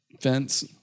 fence